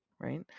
right